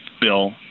bill